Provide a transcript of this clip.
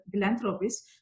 philanthropists